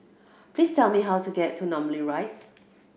please tell me how to get to Namly Rise